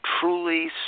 truly